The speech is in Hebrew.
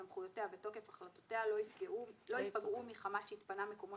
סמכויותיה ותוקף החלטותיה לא ייפגעו מחמת שהתפנה מקומו